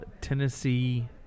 Tennessee